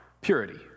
purity